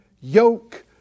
yoke